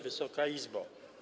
Wysoka Izbo!